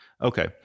okay